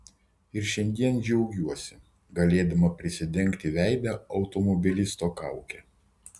ir šiandien džiaugiuosi galėdama prisidengti veidą automobilisto kauke